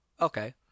Okay